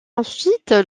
ensuite